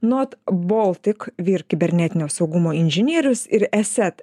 nod boltic vyr kibernetinio saugumo inžinierius ir eset